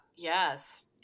Yes